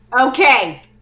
Okay